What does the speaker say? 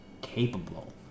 capable